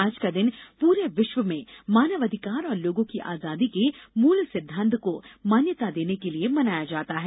आज का दिन पूरे विश्व में मानवाधिकार और लोगों की आजादी के मूल सिद्धांत को मान्यॉता देने के लिए मनाया जाता है